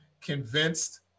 convinced